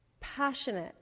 passionate